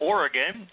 Oregon